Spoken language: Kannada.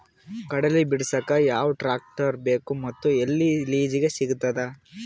ಕಡಲಿ ಬಿಡಸಕ್ ಯಾವ ಟ್ರ್ಯಾಕ್ಟರ್ ಬೇಕು ಮತ್ತು ಎಲ್ಲಿ ಲಿಜೀಗ ಸಿಗತದ?